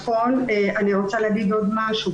אני רוצה להגיד עוד משהו,